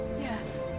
yes